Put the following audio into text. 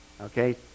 okay